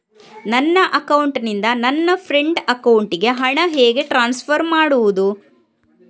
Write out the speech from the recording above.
ನನ್ನ ಅಕೌಂಟಿನಿಂದ ನನ್ನ ಫ್ರೆಂಡ್ ಅಕೌಂಟಿಗೆ ಹಣ ಹೇಗೆ ಟ್ರಾನ್ಸ್ಫರ್ ಮಾಡುವುದು?